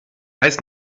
heißt